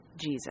Jesus